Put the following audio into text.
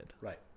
Right